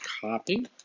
copy